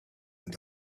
and